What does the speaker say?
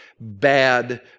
bad